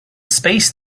space